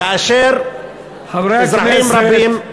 כאשר אזרחים רבים,